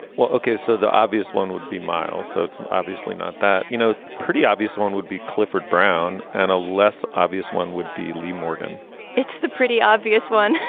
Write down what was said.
well, okay. so the obvious one would be miles. so it's and obviously not that, you know, pretty obvious one would be clifford brown and a less obvious one would be lee morgan it's the pretty obvious one.